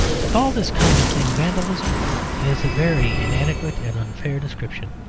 to call this kind of thing vandalism is a very inadequate and unfair description.